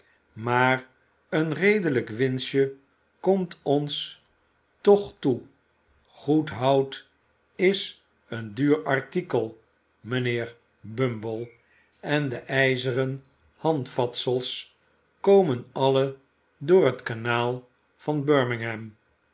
maar een redelijk winstje komt ons toch toe goed hout is een duur artikel mijnheer bumble en de ijzeren handvatsels komen alle door het kanaal van